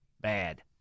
bad